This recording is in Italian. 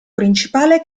principale